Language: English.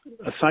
aside